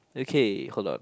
okay hold on